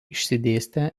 išsidėstę